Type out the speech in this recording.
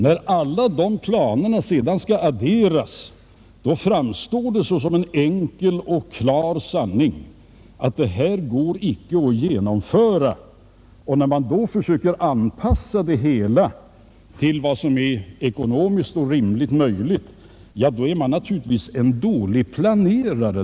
När sedan alla dessa planer skall adderas, framstår det som en enkel och klar sanning att det här icke går att genomföra. Och försöker man anpassa det hela till vad som är ekonomiskt rimligt och möjligt, ja, då är man naturligtvis en dålig planerare.